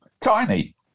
tiny